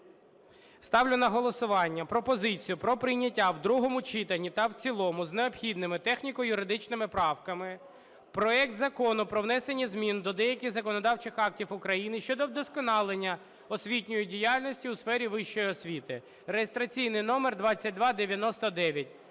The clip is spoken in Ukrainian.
Ставлю на голосування пропозицію про прийняття в другому читанні та в цілому з необхідними техніко-юридичними правками проект Закону про внесення змін до деяких законодавчих актів України щодо вдосконалення освітньої діяльності у сфері вищої освіти (реєстраційний номер 2299).